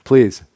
Please